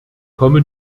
komme